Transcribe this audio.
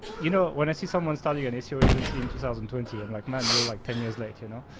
you know when i see someone starting an seo agency in two thousand and twenty, i'm like, man, you're like ten years later, you know?